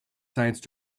science